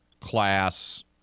class